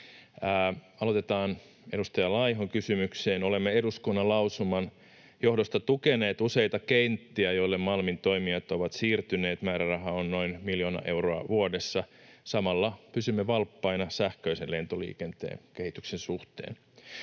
Aloitetaan edustaja Laihon kysymyksestä: Olemme eduskunnan lausuman johdosta tukeneet useita kenttiä, joille Malmin toimijat ovat siirtyneet. Määräraha on noin miljoona euroa vuodessa. Samalla pysymme valppaina sähköisen lentoliikenteen kehityksen suhteen.